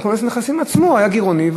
כונס הנכסים עצמו היה גירעוני,